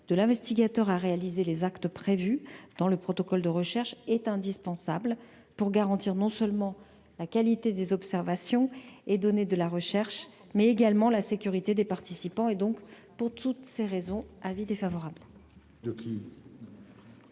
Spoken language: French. de l'investigateur a réalisé les actes prévue dans le protocole de recherche est indispensable pour garantir, non seulement la qualité des observations et donner de la recherche, mais également la sécurité des participants et donc pour toutes ces raisons, avis défavorable.